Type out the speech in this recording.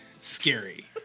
scary